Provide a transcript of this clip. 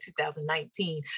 2019